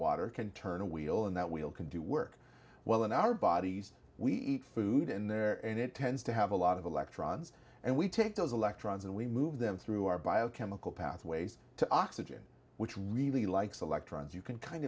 water can turn a wheel and that wheel can do work well in our bodies we eat food in there and it tends to have a lot of electrons and we take those electrons and we move them through our biochemical pathways to oxygen which really likes electrons you can kind